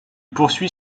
poursuit